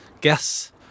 guess